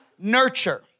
nurture